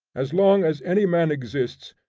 as long as any man exists,